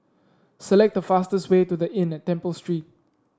select the fastest way to The Inn at Temple Street